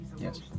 yes